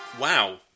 Wow